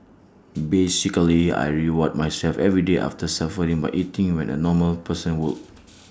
basically I reward myself every day after suffering by eating what A normal person would